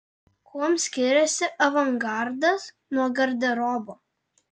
kuom skiriasi avangardas nuo garderobo